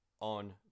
on